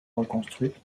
reconstruite